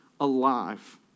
alive